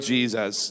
Jesus